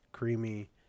creamy